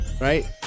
right